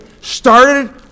started